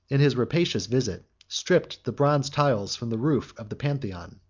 in his rapacious visit, stripped the bronze tiles from the roof of the pantheon.